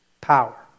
Power